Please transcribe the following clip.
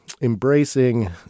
embracing